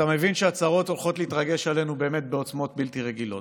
אתה מבין שהצרות הולכות להתרגש עלינו באמת בעוצמות בלתי רגילות.